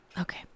Okay